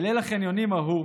בליל החניונים ההוא,